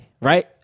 right